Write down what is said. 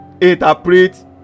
interpret